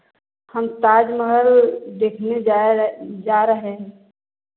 हम ताज महल देखने जा रहे जा रहे हैं